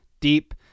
deep